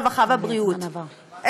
הרווחה והבריאות.